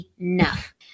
enough